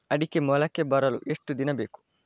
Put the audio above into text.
ಅಡಿಕೆ ಮೊಳಕೆ ಬರಲು ಎಷ್ಟು ದಿನ ಬೇಕು?